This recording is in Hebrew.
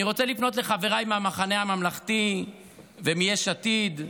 אני רוצה לפנות לחבריי מהמחנה הממלכתי ומיש עתיד,